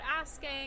asking